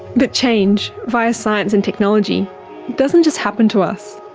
but change via science and technology doesn't just happen to us.